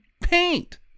paint